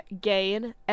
gain